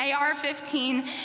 AR-15